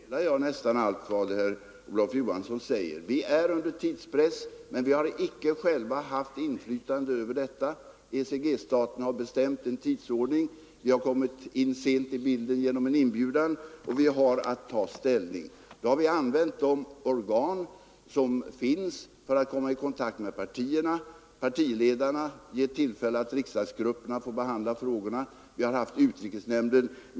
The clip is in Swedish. Herr talman! Jag delar nästan allt vad herr Olof Johansson säger i det senaste anförandet. Vi är under tidspress, men vi har icke själva haft inflytande över detta. ECG-staterna har bestämt en tidsordning. Vi har kommit in sent i bilden genom en inbjudan, och vi har att ta ställning. Då har vi använt de organ som finns för att komma i kontakt med partierna och partiledarna, och vi har givit tillfälle åt riksdagsgrupperna och utrikesnämnden att behandla frågorna.